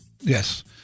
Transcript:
Yes